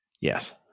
Yes